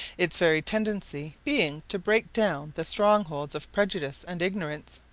its very tendency being to break down the strong-holds of prejudice and ignorance,